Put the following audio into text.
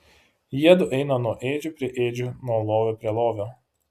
jiedu eina nuo ėdžių prie ėdžių nuo lovio prie lovio